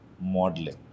modeling